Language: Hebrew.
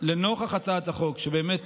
שלנוכח הצעת החוק, שבאמת